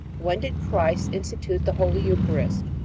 when did christ institute the holy eucharist?